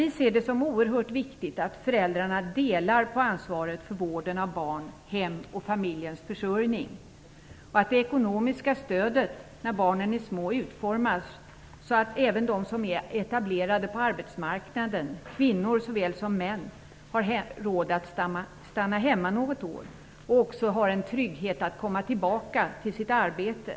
Vi ser det som oerhört viktigt att föräldrarna delar på ansvaret för vården av barn, hem och familjens försörjning och att det ekonomiska stödet när barnen är små utformas så att även de som är etablerade på arbetsmarknaden - kvinnor såväl som män - har råd att stanna hemma något år och också har en trygghet att kunna komma tillbaka till sitt arbete.